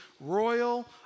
royal